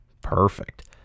Perfect